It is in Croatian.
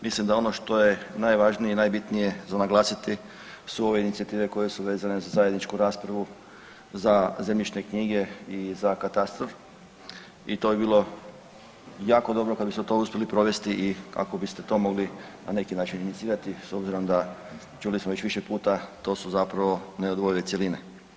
Mislim da ono što je najvažnije i najbitnije za naglasiti su ove inicijative koje su vezane za zajedničku raspravu za zemljišne knjige i za katastar i to bi bilo jako dobro kad biste to uspjeli provesti i kako biste to mogli na neki način inicirati s obzirom da čuli smo već više puta to su zapravo neodvojive cjeline.